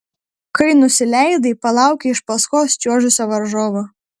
kai nusileidai palaukei iš paskus čiuožusio varžovo